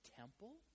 temple